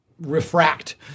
refract